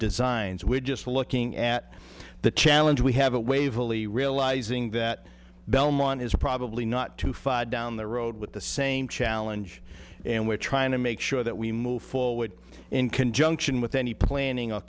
designs we're just looking at the challenge we have a waverly realizing that belmont is probably not two five down the road with the same challenge and we're trying to make sure that we move forward in conjunction with any planning